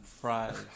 fries